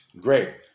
Great